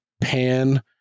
pan